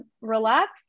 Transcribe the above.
relax